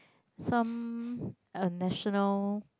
some uh national